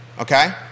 okay